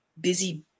busy